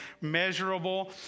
measurable